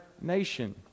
nation